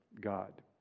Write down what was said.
God